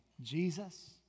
Jesus